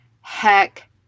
heck